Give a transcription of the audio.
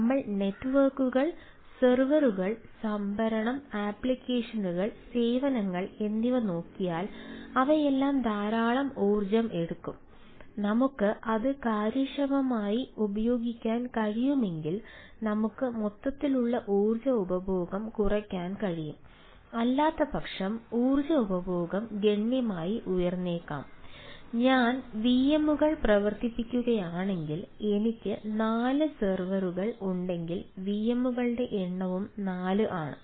നമ്മൾ നെറ്റ്വർക്കുകൾ കളുടെ എണ്ണവും 4 ആണ്